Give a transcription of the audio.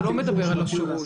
אתה לא מדבר על השירות.